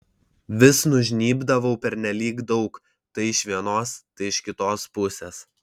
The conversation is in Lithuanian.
vis nužnybdavau pernelyg daug tai iš vienos tai iš kitos pusės